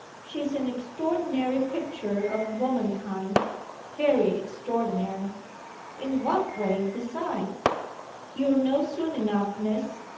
she's an extraordinary picture of womankind very extraordinary in what way besides you'll know soon enough, miss.